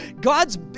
God's